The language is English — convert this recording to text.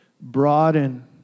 broaden